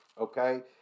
okay